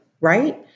right